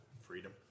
freedom